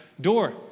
door